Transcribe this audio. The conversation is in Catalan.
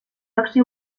acció